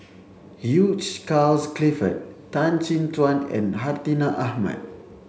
Hugh Charles Clifford Tan Chin Tuan and Hartinah Ahmad